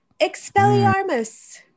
Expelliarmus